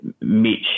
Mitch